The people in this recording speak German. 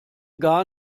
gar